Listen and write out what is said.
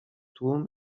tłum